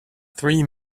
three